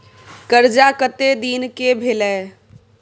कर्जा कत्ते दिन के भेलै?